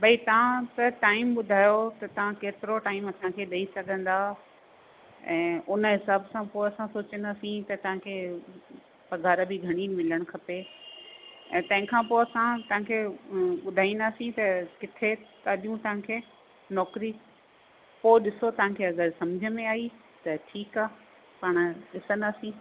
भई तव्हां त टाईम ॿुधायो त तव्हां केतिरो टाईम असां खे ॾेई सघंदा ऐं उन हिसाब सां पोइ असां सोचींदासीं त तव्हांखे पघार बि घणी मिलणु खपे ऐं तंहिंखां पोइ असां तव्हां खे ॿुधाईंदासीं त किथे था ॾियूं तव्हां खे नौकरी पोइ ॾिसो तव्हां खे अगरि सम्झ में आई त ठीकु आहे पाण ॾिसंदासीं